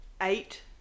eight